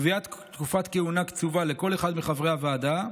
קביעת תקופת כהונה קצובה לכל אחד מחברי הוועדה,